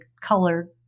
color